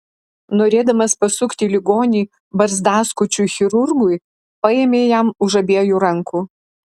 norėdamas pasukti ligonį barzdaskučiui chirurgui paėmė jam už abiejų rankų